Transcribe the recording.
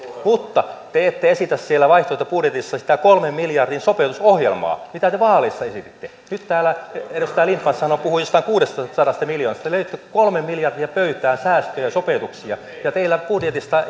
mutta te ette esitä siellä vaihtoehtobudjetissanne sitä kolmen miljardin sopeutusohjelmaa mitä te vaaleissa esititte nyt täällä edustaja lindtman puhui jostain kuudestasadasta miljoonasta te löitte kolme miljardia pöytään säästöjä sopeutuksia ja teillä budjetista